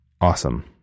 Awesome